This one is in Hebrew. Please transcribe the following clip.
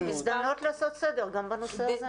נכון, הזדמנות לעשות סדר גם בנושא הזה.